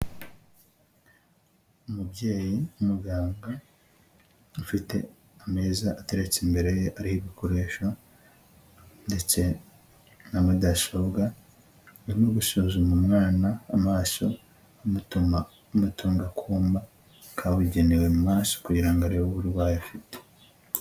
Umubyeyi w'umuganga ufite ameza ateretse imbere ye ariho ibikoresho ndetse na mudasobwa, urimo gusuzuma umwana amaso amutuma, amutunga akuma kabugenewe mu kugira ngo arebe uburwayi afite.